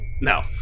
No